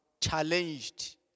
challenged